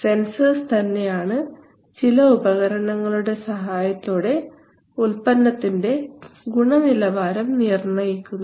sensors തന്നെയാണ് ചില ഉപകരണങ്ങളുടെ സഹായത്തോടെ ഉൽപ്പന്നത്തിൻറെ ഗുണനിലവാരം നിർണയിക്കുന്നത്